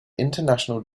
international